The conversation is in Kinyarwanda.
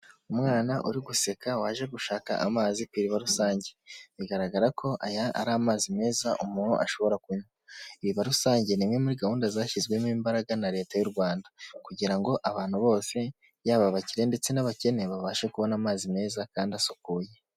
Umwana uri guseka waje gushaka amazi ku iriba rusange, bigaragara ko aya ari amazi meza umuntu ashobora kunywa. Iriba rusange ni imwe muri gahunda zashyizwemo imbaraga na Leta y'u Rwanda kugira ngo abantu bose yaba abakire ndetse n'abakene, babashe kubona amazi meza kandi asukuye.